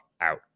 out